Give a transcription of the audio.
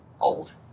old